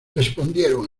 respondieron